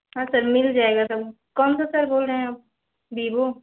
हाँ सर मिल जाएगा सब कौन सा सर बोल रहे हैं वीवो